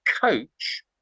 coach